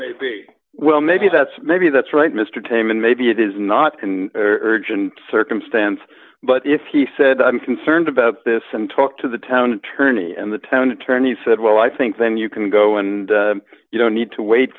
may be well maybe that's maybe that's right mr time and maybe it is not urgent circumstance but if he said i'm concerned about this and talked to the town attorney and the town attorney said well i think then you can go and you don't need to wait